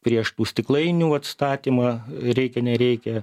prieš tų stiklainių atstatymą reikia nereikia